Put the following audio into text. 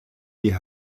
die